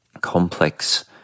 complex